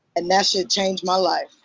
and that shit changed my life.